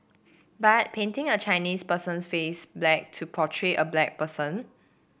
but painting a Chinese person's face black to portray a black person